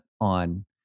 on